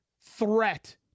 threat